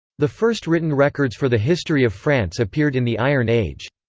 the first written records for the history of france appeared in the iron age.